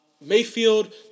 Mayfield